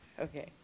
Okay